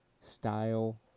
style